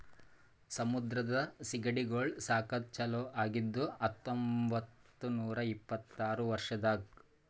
ಸಮುದ್ರದ ಸೀಗಡಿಗೊಳ್ ಸಾಕದ್ ಚಾಲೂ ಆಗಿದ್ದು ಹತೊಂಬತ್ತ ನೂರಾ ಇಪ್ಪತ್ತರ ವರ್ಷದಾಗ್